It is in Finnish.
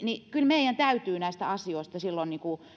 niin kyllä meidän täytyy näistä asioista silloin